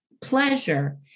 pleasure